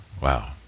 wow